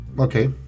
Okay